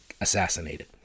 assassinated